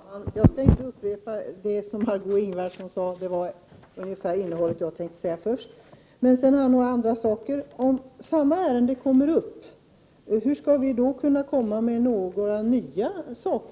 >» Fru talman! Jag skall inte upprepa det som Marg6ö Ingvardsson sade. Det var ungefär det jag tänkte säga. Jag vill emellertid ta upp några andra saker. Om samma ärende kommer upp igen, hur skall vi då kunna komma med något nytt